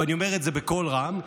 ואני אומר את זה בקול רם,